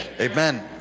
amen